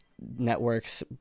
networks